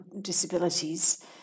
disabilities